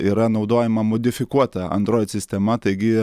yra naudojama modifikuota android sistema taigi